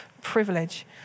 privilege